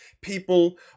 people